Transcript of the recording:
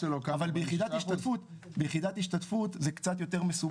אבל ביחידת השתתפות זה קצת יותר מסובך.